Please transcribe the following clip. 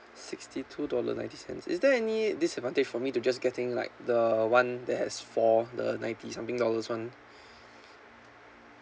sixty two dollar ninety cents is there any disadvantage for me to just getting like the one that has for the ninety something dollars [one]